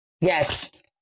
Yes